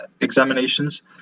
examinations